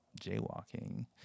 jaywalking